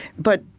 but,